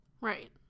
Right